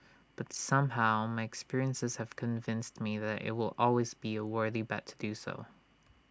but somehow my experiences have convinced me that IT will always be A worthy bet to do so